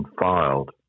filed